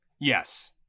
Yes